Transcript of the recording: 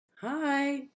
Hi